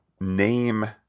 name